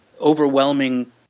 overwhelming